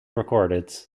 recorded